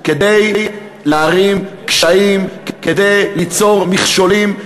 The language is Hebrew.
כדי להערים קשיים, כדי ליצור מכשולים,